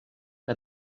que